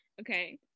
Okay